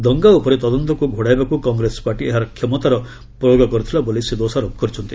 ଦଙ୍ଗା ଉପରେ ତଦନ୍ତକ୍ ଘୋଡାଇବାକୁ କଂଗ୍ରେସ ପାର୍ଟି ଏହାର କ୍ଷମତାର ପ୍ରୟୋଗ କରିଥିଲା ବୋଲି ସେ ଦୋଷାରୋପ କରିଛନ୍ତି